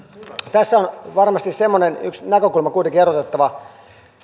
tässä on varmasti semmoinen yksi näkökulma kuitenkin erotettava